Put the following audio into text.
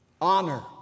honor